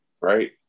right